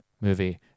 movie